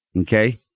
Okay